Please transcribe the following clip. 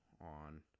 on